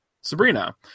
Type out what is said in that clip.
Sabrina